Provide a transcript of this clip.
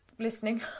Listening